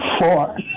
four